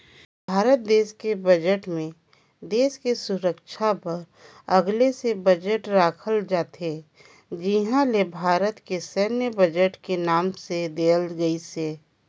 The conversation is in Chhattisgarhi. भारत देस के बजट मे देस के सुरक्छा बर अगले से बजट राखल जाथे जिहां ले भारत के सैन्य बजट के नांव देहल गइसे